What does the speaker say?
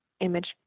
image